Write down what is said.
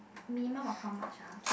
minimum of how much ah